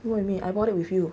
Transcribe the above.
what you mean I bought it with you